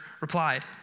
replied